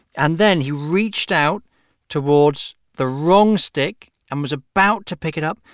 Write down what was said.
and then, he reached out towards the wrong stick and was about to pick it up,